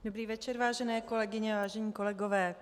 Dobrý večer, vážené kolegyně, vážení kolegové.